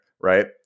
right